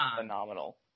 phenomenal